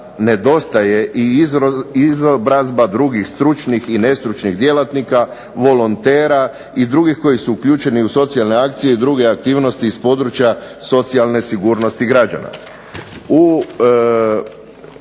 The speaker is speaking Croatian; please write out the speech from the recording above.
nedostaje i izobrazba drugih stručnih i nestručnih djelatnika volontera i drugih koji su uključeni u socijalne akcije i druge aktivnosti iz područja socijalne sigurnosti građana.